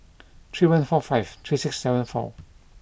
three one four five three six seven four